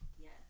Yes